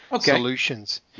solutions